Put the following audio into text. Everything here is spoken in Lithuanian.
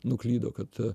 nuklydo kad